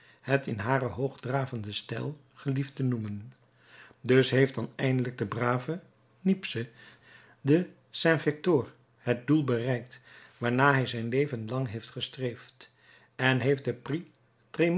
het in haren hoogdravenden stijl gelieft te noemen dus heeft dan eindelijk de brave niepce de saint victor het doel bereikt waarnaar hij zijn leven lang heeft gestreefd en heeft de